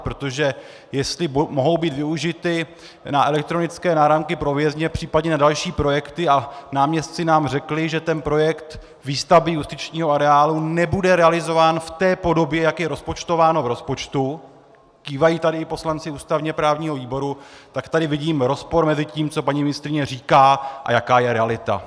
Protože jestli mohou být využity na elektronické náramky pro vězně, případně na další projekty, a náměstci nám řekli, že projekt výstavby justičního areálu nebude realizován v té podobě, jak je rozpočtováno v rozpočtu kývají tady i poslanci ústavněprávního výboru , tak tady vidím rozpor mezi tím, co paní ministryně říká, a jaká je realita.